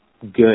good